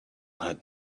had